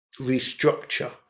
restructure